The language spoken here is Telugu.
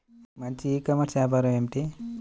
మంచి ఈ కామర్స్ వ్యాపారం ఏమిటీ?